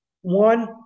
One